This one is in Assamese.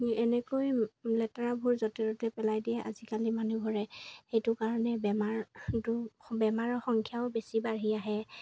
এনেকৈ লেতেৰাবোৰ য'তে ত'তে পেলাই দিয়ে আজিকালি মানুহে সেইটো কাৰণে বেমাৰটো বেমাৰৰ সংখ্যাও বেছি বাঢ়ি আহে